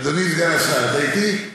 אדוני סגן השר, אתה אתי?